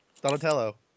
Donatello